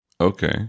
Okay